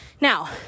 Now